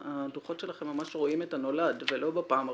הדוחות שלכם ממש רואים את הנולד ולא בפעם הראשונה.